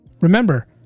Remember